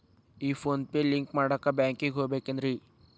ಈ PhonePe link ಮಾಡಾಕ ಬ್ಯಾಂಕಿಗೆ ಹೋಗ್ಬೇಕೇನ್ರಿ?